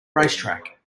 racetrack